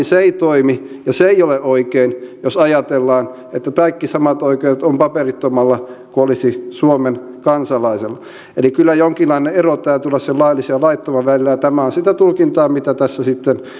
se ei toimi ja se ei ole oikein jos ajatellaan että kaikki samat oikeudet ovat paperittomalla kuin olisi suomen kansalaisella eli kyllä jonkinlainen ero täytyy olla sen laillisen ja laittoman välillä ja tämä on sitä tulkintaa mitä tässä sitten